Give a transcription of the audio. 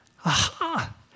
aha